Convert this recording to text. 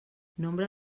nombre